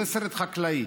זה סרט חקלאי.